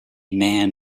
man